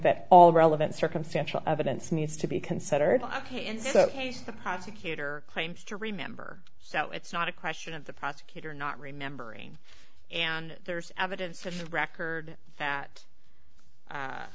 that all relevant circumstantial evidence needs to be considered ok and so case the prosecutor claims to remember so it's not a question of the prosecutor not remembering and there's evidence of record that